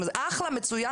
מצוין,